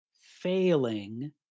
failing